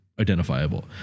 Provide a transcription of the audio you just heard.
identifiable